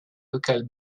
locales